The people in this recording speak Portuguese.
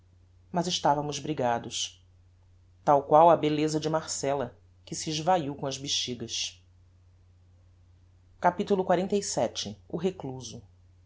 mas estavamos brigados tal qual a belleza de marcella que se esvaiu com as bexigas capitulo xlvii o recluso